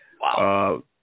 Wow